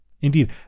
Indeed